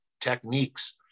techniques